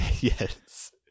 Yes